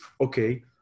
okay